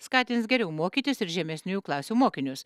skatins geriau mokytis ir žemesniųjų klasių mokinius